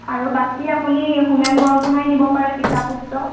আৰু বাকী আপুনি হোমেন বৰগোহাঁইৰ নিব পাৰে পিতা পুত্ৰ